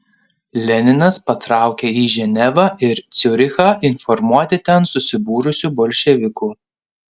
leninas patraukė į ženevą ir ciurichą informuoti ten susibūrusių bolševikų